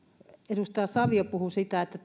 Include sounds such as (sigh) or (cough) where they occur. edustaja savio puhui siitä että (unintelligible)